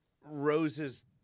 Rose's